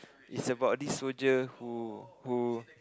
is about this soldier who who